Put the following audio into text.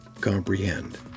comprehend